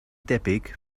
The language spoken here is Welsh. debyg